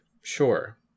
sure